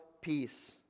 peace